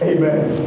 Amen